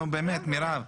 נו באמת, מירב.